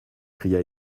cria